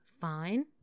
fine